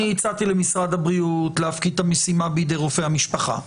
הצעתי למשרד הבריאות להפקיד את המשימה בידי רופא המשפחה,